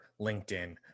LinkedIn